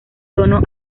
tono